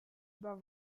über